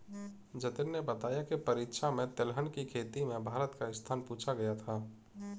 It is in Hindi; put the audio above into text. जतिन ने बताया की परीक्षा में तिलहन की खेती में भारत का स्थान पूछा गया था